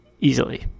easily